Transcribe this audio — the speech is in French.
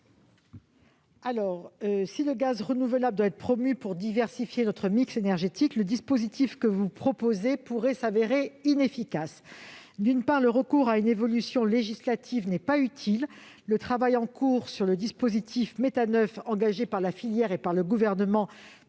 ? Si le gaz renouvelable doit être promu pour diversifier notre mix énergétique, le dispositif que vous proposez pourrait se révéler inefficace. D'une part, le recours à une évolution législative n'est pas utile, puisque le travail en cours sur le dispositif Méthaneuf, engagé par la filière et par le Gouvernement,